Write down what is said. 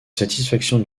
satisfaction